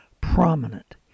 prominent